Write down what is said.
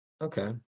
Okay